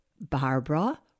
Barbara